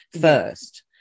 first